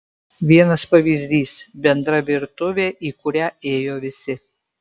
vienas pavyzdys bendra virtuvė į kurią ėjo visi